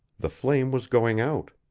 the flame was going out.